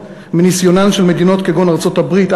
מניסיונן של מדינות כגון ארצות-הברית,